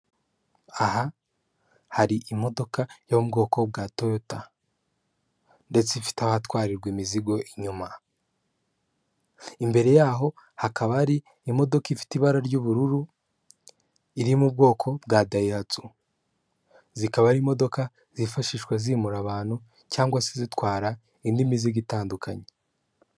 Aha hari imodoka yo mu bwoko bwa toyota ndetse ifite ahatwarirwa imizigo inyuma, imbere yaho hakaba hari imodoka ifite ibara ry'ubururu iri mu bwoko bwa dayihatsu, zikaba ari imodoka zifashishwa zimura abantu cyangwa se zitwara indi mizigo itandukanye.